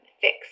fix